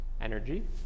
energy